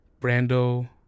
Brando